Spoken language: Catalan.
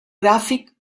gràfic